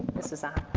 this is on.